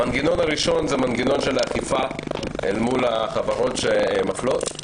המנגנון הראשון הוא של אכיפה אל מול החברות שמפלות.